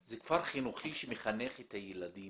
זה כפר חינוכי שמחנך את הילדים